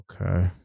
Okay